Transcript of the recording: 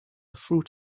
fruit